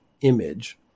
image